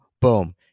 boom